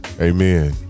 Amen